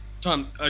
tom